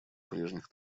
прежних